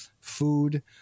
food